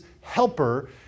helper